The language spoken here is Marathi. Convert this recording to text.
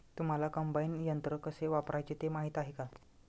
तुम्हांला कम्बाइन यंत्र कसे वापरायचे ते माहीती आहे का?